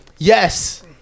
Yes